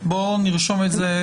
נרשום את זה.